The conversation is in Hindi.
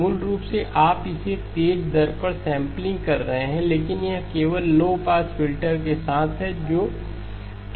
मूल रूप से आप इसे तेज़ दर पर सेंपलिंग कर रहे हैं लेकिन यह केवल लो पास फ़िल्टर के साथ है जो ठीक है